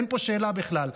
אין פה שאלה בכלל.